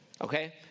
Okay